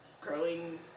growing